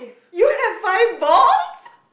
you have five balls